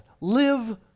Live